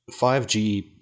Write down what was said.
5G